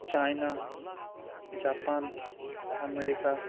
China Japan America